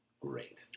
great